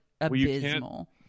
abysmal